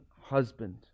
husband